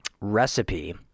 recipe